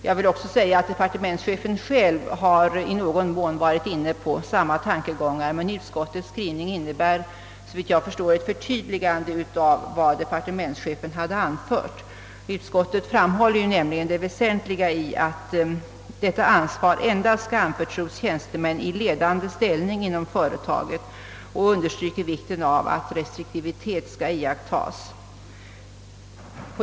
Jag vill också säga att departementschefen själv i någon mån har varit inne på samma tankegångar. Men utskottets skrivning innebär ett förtydligande av vad departementschefen har anfört. Utskottet framhåller nämligen det väsentliga i att detta ansvar endast skall anförtros tjänsteman i ledande ställning inom företaget och understryker vikten av att restriktivitet iakttages.